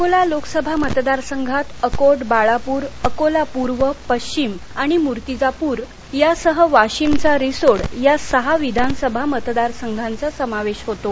अकोला लोकसभा मतदार संघात अकोट बाळापुर अकोला पुर्व पश्चिम आणि मुर्तिजापुर यासह वाशिमचा रिसोड या सहा विधानसभा मतदार संघांचा समावेश होतो